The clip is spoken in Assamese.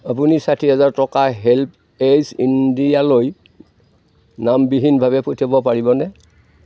আপুনি ষাঠি হাজাৰ টকা হেল্প এজ ইণ্ডিয়ালৈ নামবিহীনভাৱে পঠিয়াব পাৰিবনে